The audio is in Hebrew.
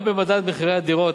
גם במדד מחירי הדירות,